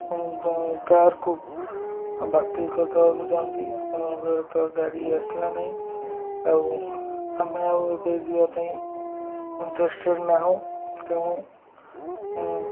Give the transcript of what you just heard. ଏବଂ କାର୍କୁ ବାତିଲ କରିଦେବାକୁ ଚାହୁଁଛି ଆପଣଙ୍କର ତ ଗାଡ଼ି ଆସିଲା ନାହିଁ ଆଉ ଆମେ ଆଉ ଏବେ ଯିବା ପାଇଁ ଇଣ୍ଟ୍ରେଷ୍ଟେଡ଼୍ ନାହୁଁ ତେଣୁ ମୁଁ